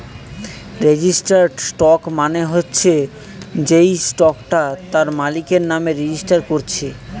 registered stock মানে হচ্ছে যেই স্টকটা তার মালিকের নামে রেজিস্টার কোরছে